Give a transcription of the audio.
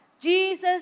Jesus